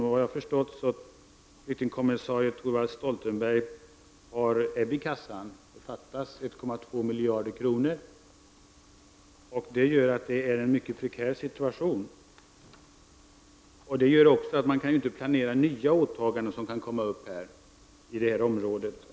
Efter vad jag har förstått har flyktingkommissarie Thorvald Stoltenberg ebb i kassan; det fattas 1,2 miljarder kronor. Detta gör att situationen är mycket prekär. Om man har ebb i kassan kan man heller inte planera nya åtaganden som kan bli aktuella i detta område.